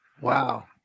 Wow